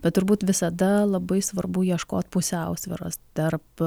bet turbūt visada labai svarbu ieškot pusiausvyros tarp